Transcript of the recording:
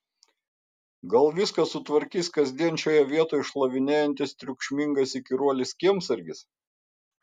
gal viską sutvarkys kasdien šioje vietoj šlavinėjantis triukšmingas įkyruolis kiemsargis